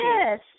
yes